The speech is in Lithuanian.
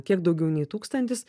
kiek daugiau nei tūkstantis